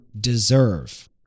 deserve